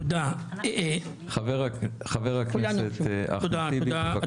חבר הכנסת אחמד טיבי בבקשה.